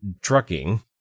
trucking